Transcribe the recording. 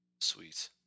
Sweet